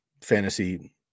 fantasy